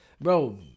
Bro